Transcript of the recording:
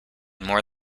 more